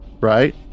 right